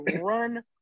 run